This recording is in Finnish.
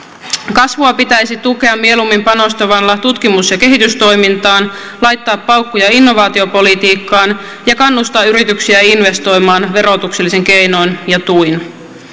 kasvua pitäisi tukea mieluummin panostamalla tutkimus ja kehitystoimintaan laittaa paukkuja innovaatiopolitiikkaan ja kannustaa yrityksiä investoimaan verotuksellisin keinoin ja tuin